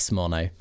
mono